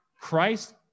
Christ